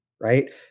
right